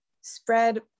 spread